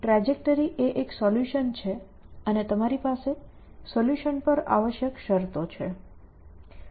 trajectory એ એક solution છે અને તમારી પાસે સોલ્યુશન પર આવશ્યક શરતો છે